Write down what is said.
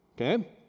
Okay